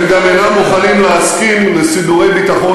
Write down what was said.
הם גם אינם מוכנים להסכים לסידורי ביטחון